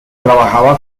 trabajaba